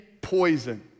poison